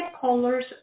colors